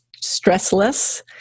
stressless